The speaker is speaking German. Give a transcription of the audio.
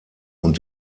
und